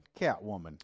Catwoman